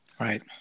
Right